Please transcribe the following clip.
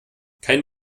kein